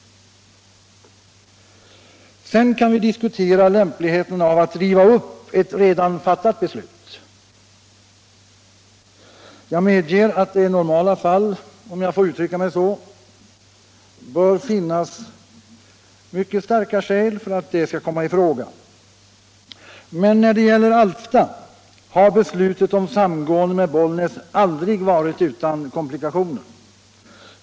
Sedan kan vi diskutera lämpligheten av att riva upp ett redan fattat beslut. Jag medger att det i normala fall — om jag får uttrycka mig så —- bör finnas starka skäl för att detta skall komma i fråga. Men när det gäller Alfta har beslutet om samgående med Bollnäs aldrig varit utan komplikationer.